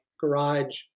garage